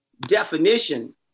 definition